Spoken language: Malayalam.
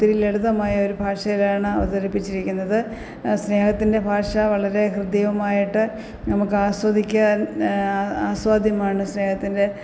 ഒത്തിരി ലളിതമായ ഒരു ഭാഷയിലാണ് അവതരിപ്പിച്ചിരിക്കുന്നത് സ്നേഹത്തിന്റെ ഭാഷ വളരെ ഹൃദ്യമായിട്ട് നമുക്ക് ആസ്വദിക്കാൻ ആസ്വാദ്യമാണ് സ്നേഹത്തിന്റെ